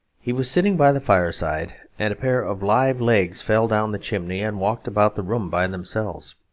he was sitting by the fireside and a pair of live legs fell down the chimney and walked about the room by themselves.